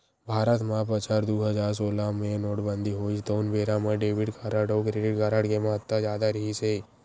भारत म बछर दू हजार सोलह मे नोटबंदी होइस तउन बेरा म डेबिट कारड अउ क्रेडिट कारड के महत्ता जादा रिहिस हे